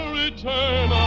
return